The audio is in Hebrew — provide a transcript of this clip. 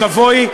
או תבואי,